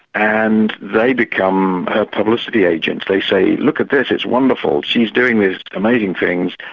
and they become her publicity agent. they say look at this, it's wonderful, she's doing these amazing things',